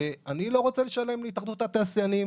ואני לא רוצה לשלם להתאחדות התעשיינים